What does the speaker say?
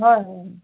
হয় হয়